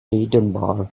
dunbar